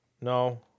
No